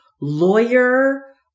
lawyer